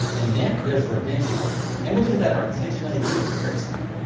and then there's revenge porn. images that are intentionally leaked to hurt someone.